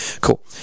Cool